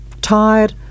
tired